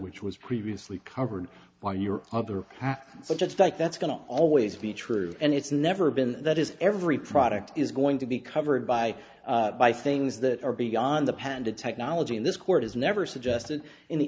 which was previously covered by your other half so just like that's going to always be true and it's never been that is every product is going to be covered by by things that are beyond the panda technology and this court has never suggested in the